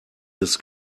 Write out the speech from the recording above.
his